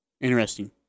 Interesting